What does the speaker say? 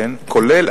כולל,